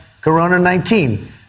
Corona-19